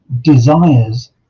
desires